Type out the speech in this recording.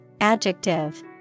adjective